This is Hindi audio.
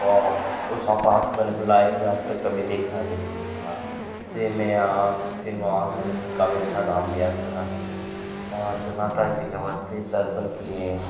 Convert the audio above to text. वाउ उस अपात मैंने अपने लाइफ में आजतक कभी देखा नहीं था से में आस फिर वहाँ से कबिछा धाम गया था वहाँ से माता जी का मंदिर दर्शन किए